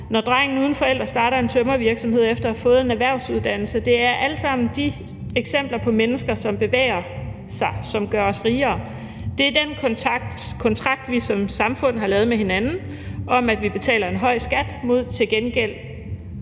når drengen uden forældre starter en tømrervirksomhed efter at fået en erhvervsuddannelse. Det er alle sammen eksempler på mennesker, som bevæger sig, og som gør os rigere. Det er den kontrakt, vi som samfund har lavet med hinanden, om, at vi betaler en høj skat, mod at vi til gengæld